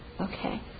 Okay